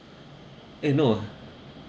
eh no ah